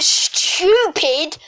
stupid